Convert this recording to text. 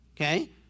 Okay